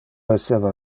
esseva